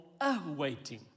a-waiting